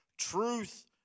Truth